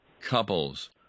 couples